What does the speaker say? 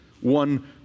one